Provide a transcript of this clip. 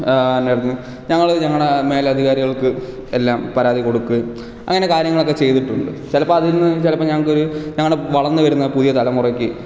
എന്തായിരുന്നു ഞങ്ങൾ ഞങ്ങളുടെ മേലധികാരികൾക്ക് എല്ലാം പരാതി കൊടുക്കുകയും അങ്ങനെ കാര്യങ്ങളൊക്കെ ചെയ്തിട്ടുണ്ട് ചിലപ്പോൾ അതിൻ നിന്നു ചിലപ്പോൾ ഞങ്ങൾക്കൊരു ഞങ്ങളുടെ വളർന്നു വരുന്ന പുതിയ തലമുറയ്ക്ക്